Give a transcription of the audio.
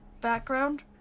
background